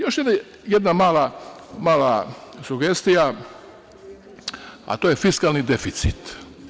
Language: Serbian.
Još jedna mala sugestija, a to je fiskalni deficit.